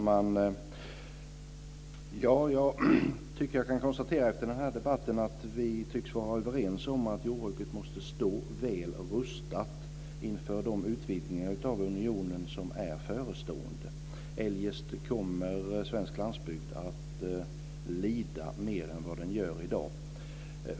Fru talman! Jag kan konstatera efter den här debatten att vi tycks vara överens om att jordbruket måste stå väl rustat inför de utvidgningar av unionen som är förestående. Eljest kommer svensk landsbygd att lida mer än vad den gör i dag.